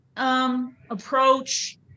Approach